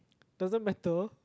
doesn't matter